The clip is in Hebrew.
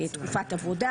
כגון תקופת עבודה